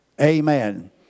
amen